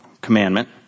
commandment